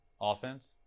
offense